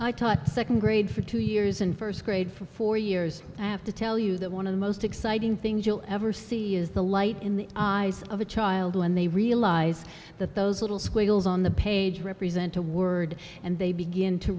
i taught second grade for two years in first grade for four years i have to tell you that one of the most exciting things you'll ever see is the light in the eyes of a child when they realize that those little squiggles on the page represent a word and they begin to